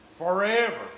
Forever